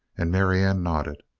and marianne nodded.